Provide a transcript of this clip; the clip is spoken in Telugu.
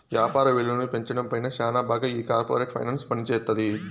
యాపార విలువను పెంచడం పైన శ్యానా బాగా ఈ కార్పోరేట్ ఫైనాన్స్ పనిజేత్తది